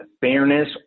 fairness